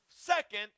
second